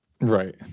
Right